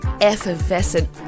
effervescent